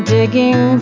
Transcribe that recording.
digging